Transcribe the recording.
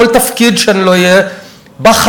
בכל תפקיד שאני אהיה בו,